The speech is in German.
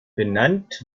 benannt